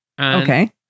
Okay